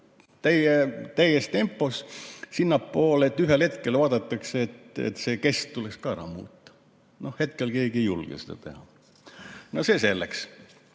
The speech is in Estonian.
täies tempos sinnapoole ja ühel hetkel vaadatakse, et see kest tuleks ka ära muuta. Hetkel keegi ei julge seda teha. No see selleks.